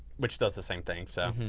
which does the same thing. so